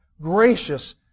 gracious